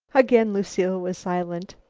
again lucile was silent.